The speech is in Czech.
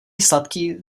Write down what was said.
sladký